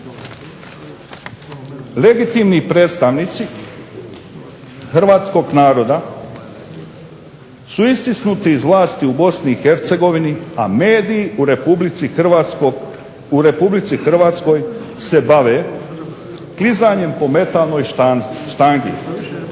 Legitimni predstavnici hrvatskog naroda su istisnuti iz vlasti u BiH, a mediji u RH se bave klizanjem po metalnoj štangi.